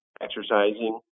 exercising